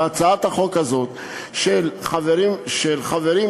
בהצעת החוק הזאת שלי ושל חברים נוספים,